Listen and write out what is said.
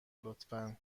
لطفا